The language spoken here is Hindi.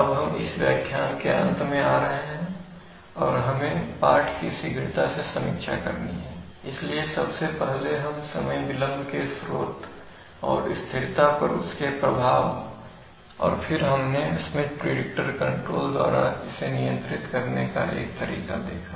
अब हम व्याख्यान के अंत में आ रहे हैं और हमें पाठ की शीघ्रता से समीक्षा करनी है इसलिए पहले हम समय विलंब के स्रोत और स्थिरता पर उनके प्रभाव और फिर हमने स्मिथ प्रिडिक्टर कंट्रोल द्वारा इसे नियंत्रित करने का एक तरीका देखा